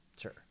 sure